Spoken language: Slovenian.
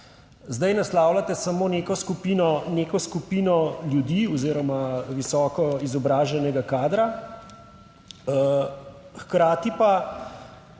Zdaj naslavljate samo neko skupino, neko skupino ljudi oziroma visoko izobraženega kadra. Hkrati pa